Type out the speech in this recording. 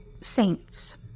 saints